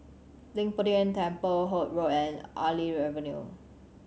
Leng Poh Tian Temple Holt Road and Artillery Avenue